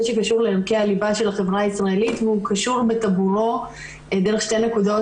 שקשור לערכי הליבה של החברה הישראלית והוא קשור בטבורו דרך שתי נקודות,